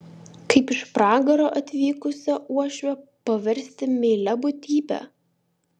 kaip iš pragaro atvykusią uošvę paversti meilia būtybe